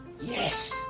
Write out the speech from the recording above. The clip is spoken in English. Yes